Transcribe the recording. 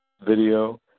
video